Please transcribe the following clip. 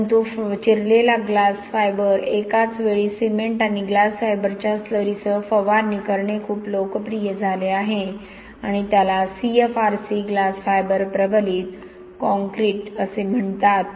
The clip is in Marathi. परंतु चिरलेला ग्लास फायबर एकाच वेळी सिमेंट आणि ग्लास फायबरच्या स्लरीसह फवारणी करणे खूप लोकप्रिय झाले आहे आणि त्याला GFRC ग्लास फायबर प्रबलित काँक्रीट म्हणतात